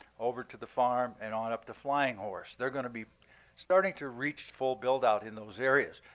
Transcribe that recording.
over to the farm, and on up to flying horse. they're going to be starting to reach full build out in those areas.